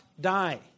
die